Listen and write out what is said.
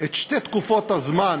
את שתי תקופות הזמן